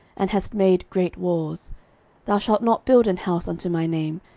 and hast made great wars thou shalt not build an house unto my name,